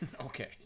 Okay